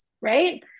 right